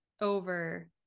over